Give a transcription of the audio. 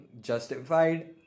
justified